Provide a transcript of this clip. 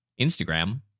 Instagram